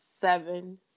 seven